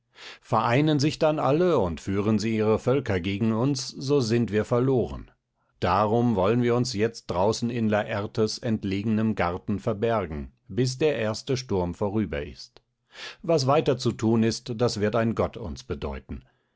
vereinen sich dann alle und führen sie ihre völker gegen uns so sind wir verloren darum wollen wir uns jetzt draußen in lartes entlegenem garten verbergen bis der erste sturm vorüber ist was weiter zu thun ist das wird ein gott uns bedeuten